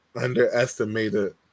underestimated